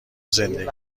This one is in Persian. زندگیم